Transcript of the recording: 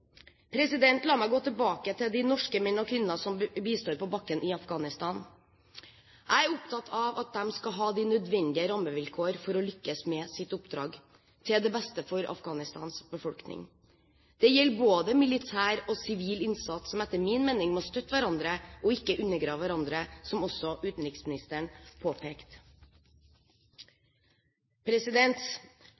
La meg gå tilbake til de norske menn og kvinner som bistår på bakken i Afghanistan. Jeg er opptatt av at de skal ha de nødvendige rammevilkår for å lykkes med sitt oppdrag, til det beste for Afghanistans befolkning. Det gjelder både militær og sivil innsats, som etter min mening må støtte hverandre og ikke undergrave hverandre – som også utenriksministeren påpekte.